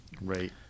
Right